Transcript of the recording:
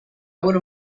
would